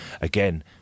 again